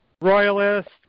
royalists